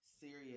Serious